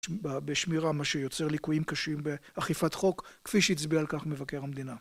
בשמירה מה שיוצר ליקויים קשים באכיפת חוק, כפי שהצביע על כך מבקר המדינה.